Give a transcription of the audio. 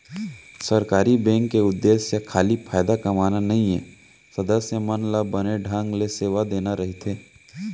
सहकारी बेंक के उद्देश्य खाली फायदा कमाना नइये, सदस्य मन ल बने ढंग ले सेवा देना रइथे